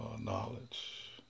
knowledge